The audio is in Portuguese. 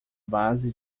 base